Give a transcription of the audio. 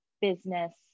business